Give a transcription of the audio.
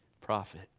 prophet